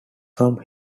from